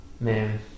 Man